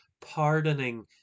pardoning